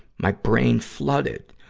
my brain flooded,